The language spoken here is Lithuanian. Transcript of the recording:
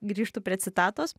grįžtu prie citatos